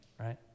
right